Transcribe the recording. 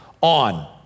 on